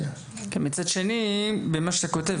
מצד שני במה שאתה כותב,